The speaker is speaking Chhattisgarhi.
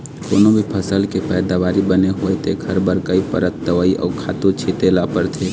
कोनो भी फसल के पइदावारी बने होवय तेखर बर कइ परत दवई अउ खातू छिते ल परथे